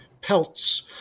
pelts